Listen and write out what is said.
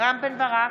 רם בן ברק,